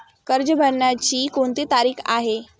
कर्ज भरण्याची कोणती तारीख आहे?